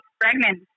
pregnant